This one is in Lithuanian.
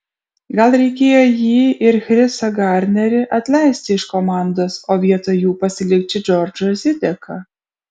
gal reikėjo jį ir chrisą garnerį atleisti iš komandos o vietoj jų pasilikti džordžą zideką